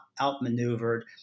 outmaneuvered